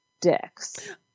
dicks